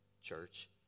church